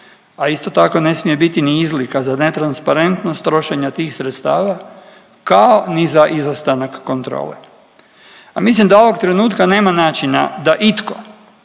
a isto tako ne smije biti ni izlika za netransparentnost trošenja tih sredstava, kao ni za izostanak kontrole. A mislim da ovog trenutka nema načina da itko